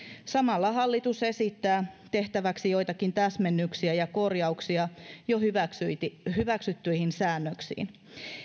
samalla hallitus esittää tehtäväksi joitakin täsmennyksiä ja korjauksia jo hyväksyttyihin säännöksiin